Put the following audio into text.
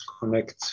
connect